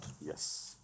Yes